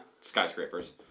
skyscrapers